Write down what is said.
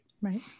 Right